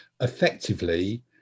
effectively